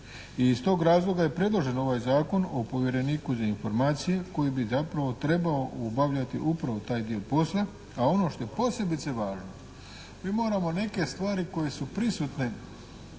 I iz tog razloga je predložen ovaj zakon o povjereniku za informacije koji bi zapravo trebao obavljati upravo taj dio posla. A ono što je posebice važno, mi moramo neke stvari koje su prisutne